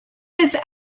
this